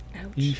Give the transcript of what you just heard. Ouch